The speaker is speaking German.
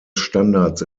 standards